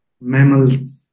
mammals